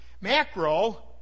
Macro